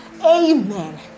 Amen